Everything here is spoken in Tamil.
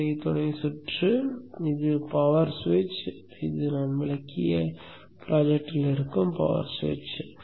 இவை துணை சுற்று இது பவர் சுவிட்ச் நாம்விளக்கிய திட்டத்தில் இருக்கும் பவர் சுவிட்ச்